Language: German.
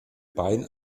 bein